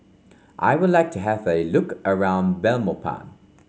I would like to have a look around Belmopan